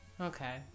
Okay